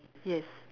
yes